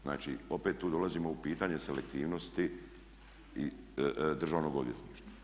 Znači opet tu dolazimo u pitanje selektivnosti državnog odvjetništva.